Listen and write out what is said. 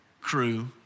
crew